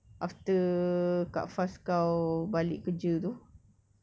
after kak faz kau balik kerja tu